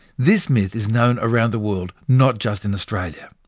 this myth is known around the world, not just in australia.